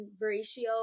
ratio